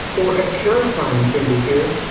or a terrifying thing to hear.